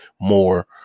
more